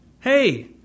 Hey